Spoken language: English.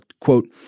Quote